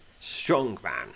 strongman